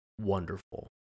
wonderful